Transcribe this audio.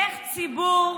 איך הציבור,